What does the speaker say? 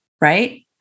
right